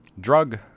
drug